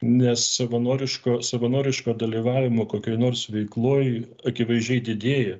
nes savanoriško savanoriško dalyvavimo kokioj nors veikloj akivaizdžiai didėja